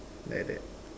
like that